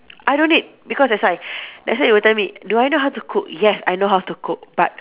I don't need because that's why that's why you will tell me do I know how to cook yes I know how to cook but